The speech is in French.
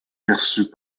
perçus